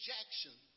Jackson